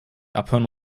abhören